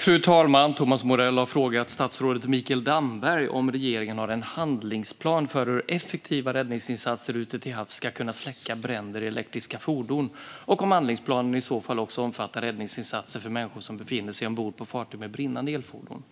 Fru talman! Thomas Morell har frågat statsrådet Mikael Damberg om regeringen har en handlingsplan för hur effektiva räddningsinsatser ute till havs ska kunna släcka bränder i elektriska fordon och om handlingsplanen i så fall också omfattar räddningsinsatser för människor som befinner sig ombord på fartyg med brinnande elfordon.